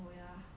oh ya